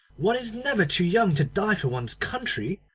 one is never too young to die for one's country!